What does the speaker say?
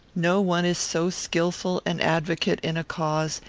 no one is so skilful an advocate in a cause,